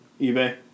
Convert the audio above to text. eBay